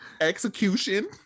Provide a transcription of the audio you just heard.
execution